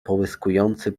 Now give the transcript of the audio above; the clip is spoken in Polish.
połyskujący